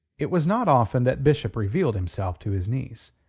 it was not often that bishop revealed himself to his niece.